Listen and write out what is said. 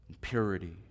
purity